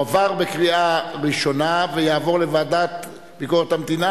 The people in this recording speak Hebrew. טוהר המידות, אבל גם בעניין של ההתנתקות.